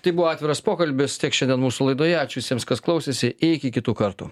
tai buvo atviras pokalbis tiek šiandien mūsų laidoje ačiū visiems kas klausėsi iki kitų kartų